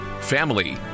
family